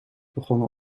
begonnen